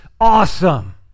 awesome